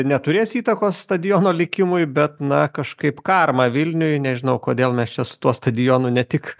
neturės įtakos stadiono likimui bet na kažkaip karma vilniui nežinau kodėl mes čia su tuo stadionu ne tik